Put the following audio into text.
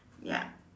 ya